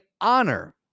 honor